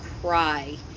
cry